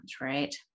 right